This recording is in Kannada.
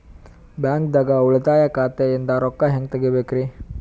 ಬ್ಯಾಂಕ್ದಾಗ ಉಳಿತಾಯ ಖಾತೆ ಇಂದ್ ರೊಕ್ಕ ಹೆಂಗ್ ತಗಿಬೇಕ್ರಿ?